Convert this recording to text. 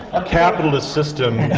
ah capitalist system,